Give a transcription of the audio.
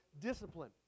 discipline